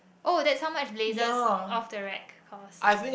oh that's how much lasers off the rack cost